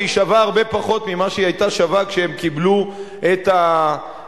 היא שווה פחות ממה שהיא היתה שווה כשהם קיבלו את המשכנתה.